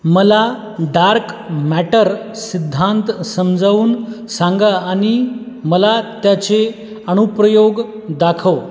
मला dark matter सिद्धांत समजवून सांगा आणि मला त्याचे अणुप्रयोग दाखव